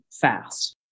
fast